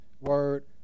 Word